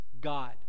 God